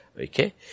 Okay